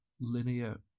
linear